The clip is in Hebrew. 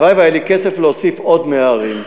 והלוואי שהיה לי כסף להוסיף עוד 100 ערים,